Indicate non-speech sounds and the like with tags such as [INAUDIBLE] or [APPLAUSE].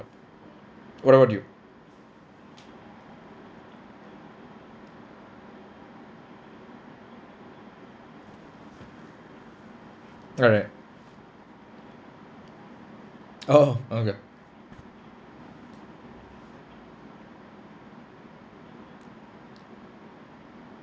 what about you alright oh [LAUGHS] okay